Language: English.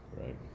right